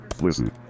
Listen